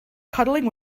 cuddling